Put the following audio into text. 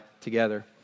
together